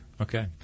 Okay